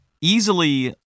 easily